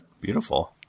Beautiful